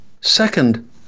Second